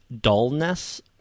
dullness